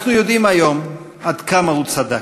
אנחנו יודעים היום כמה הוא צדק,